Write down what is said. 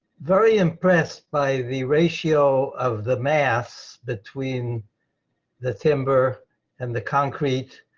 very impressed by the ratio of the maths between the timber and the concrete.